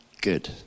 good